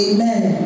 Amen